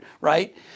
right